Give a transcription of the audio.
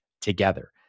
together